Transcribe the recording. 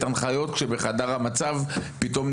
בבקשה,